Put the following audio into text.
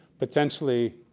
potentially,